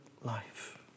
life